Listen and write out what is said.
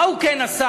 מה הוא כן עשה?